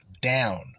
down